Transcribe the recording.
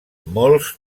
molts